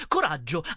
Coraggio